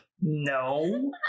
No